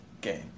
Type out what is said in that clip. game